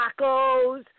tacos